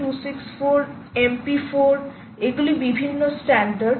H264 MP4 এগুলি বিভিন্ন standard